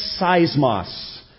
seismos